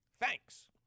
Thanks